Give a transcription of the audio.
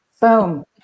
boom